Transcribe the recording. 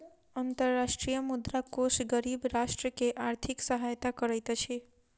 अंतर्राष्ट्रीय मुद्रा कोष गरीब राष्ट्र के आर्थिक सहायता करैत अछि